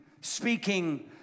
speaking